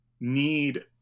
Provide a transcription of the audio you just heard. need